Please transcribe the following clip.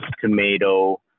tomato